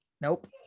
Nope